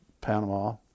Panama